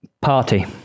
party